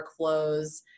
workflows